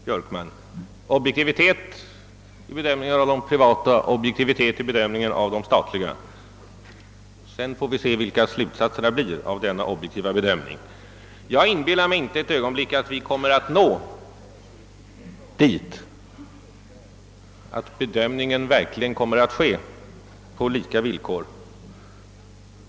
Herr talman! Objektivitet i bedömningen av de privata företagen och objektivitet vid bedömningen av de stat liga företagen — sedan får vi se vilka slutsatserna blir av denna objektiva bedömning. Jag inbillar mig inte ett ögonblick att vi skall komma så långt att bedömningen verkligen kommer att ske på lika villkor.